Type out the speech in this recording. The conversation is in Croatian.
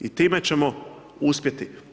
I time ćemo uspjeti.